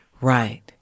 Right